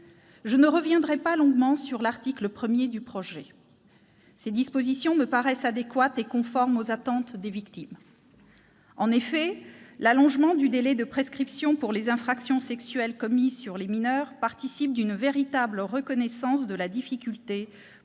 Je ne reviendrai pas longuement sur l'article 1 du projet de loi. Ses dispositions me paraissent adéquates et conformes aux attentes des victimes. En effet, l'allongement du délai de prescription pour les infractions sexuelles commises sur les mineurs participe d'une véritable reconnaissance de la difficulté